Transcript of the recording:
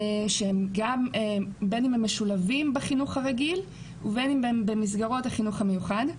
שבין הם משולבים בחינוך הרגל ובין אם הם במסגרות החינוך המיוחד.